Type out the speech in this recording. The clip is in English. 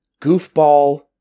goofball